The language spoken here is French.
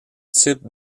types